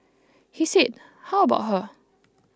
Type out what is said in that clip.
he said how about her